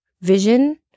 vision